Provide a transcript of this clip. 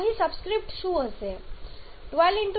અહીં સબસ્ક્રીપ્ટ શું હશે